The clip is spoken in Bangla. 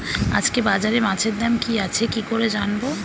আজকে বাজারে মাছের দাম কি আছে কি করে জানবো?